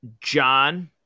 John